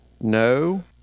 no